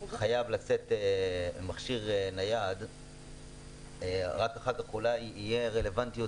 חייב לשאת מכשיר נייד רק אולי אז תהיה רלוונטיות